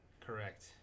Correct